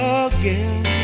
again